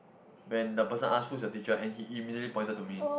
when the person ask who's your teacher and he immediately pointed to me